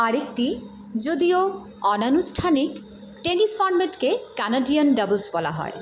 আরেকটি যদিও অনানুষ্ঠানিক টেনিস ফর্মেটকে কানাডিয়ান ডাবলস বলা হয়